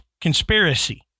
conspiracy